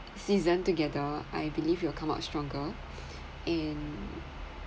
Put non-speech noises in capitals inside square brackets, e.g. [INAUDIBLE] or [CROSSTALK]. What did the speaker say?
season together I believe you'll come out stronger [BREATH] and